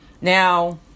Now